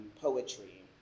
poetry